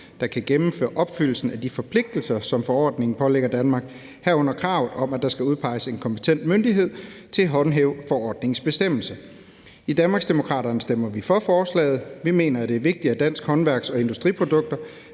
der kan gennemføre opfyldelsen af de forpligtelser, som forordningen pålægger Danmark, herunder kravet om, der skal udpeges en kompetent myndighed til at håndhæve forordningens bestemmelser. I Danmarksdemokraterne stemmer vi for forslaget. Vi mener, det er vigtigt, at danske håndværks- og industriprodukter